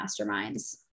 masterminds